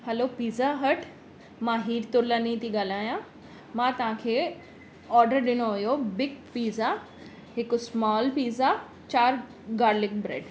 hello pizza hut मां हीर तौलानी ती ॻाल्हायां मां तव्हांखे ऑर्डर ॾिनो हुयो बिग पिज़्ज़ा हिकु स्मॉल पिज़्ज़ा चारि गार्लिक ब्रेड